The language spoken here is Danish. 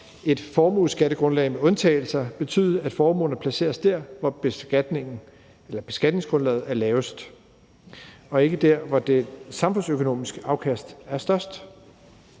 et formueskattegrundlag med undtagelser betyde, at formuerne placeres der, hvor beskatningsgrundlaget er lavest, og ikke der, hvor det samfundsøkonomiske afkast er størst.